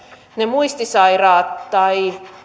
ne muistisairaat tai